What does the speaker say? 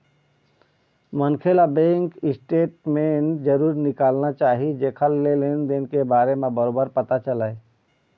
मनखे ल bank statement जरूर निकालना चाही जेखर ले लेन देन के बारे म बरोबर पता चलय